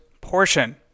portion